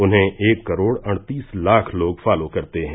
उन्हें एक करोड़ अड़तीस लाख लोग फॉलो करते हैं